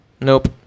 Nope